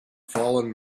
fallen